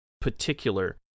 particular